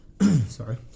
Sorry